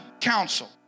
council